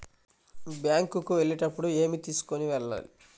Bank కు వెళ్ళేటప్పుడు ఏమి తీసుకొని వెళ్ళాలి?